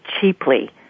cheaply